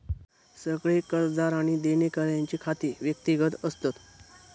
सगळे कर्जदार आणि देणेकऱ्यांची खाती व्यक्तिगत असतत